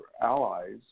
allies